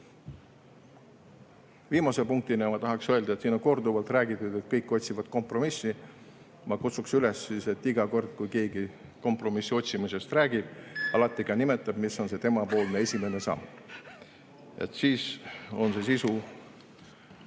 Viimase punktina tahaksin öelda, et siin on korduvalt räägitud, kuidas kõik otsivad kompromissi. Ma kutsuksin üles, et iga kord, kui keegi kompromissi otsimisest räägib, ta alati ka nimetaks, mis on see tema esimene samm, siis on ka see